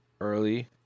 early